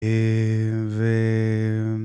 אה... ו...